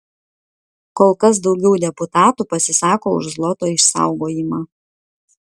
kol kas daugiau deputatų pasisako už zloto išsaugojimą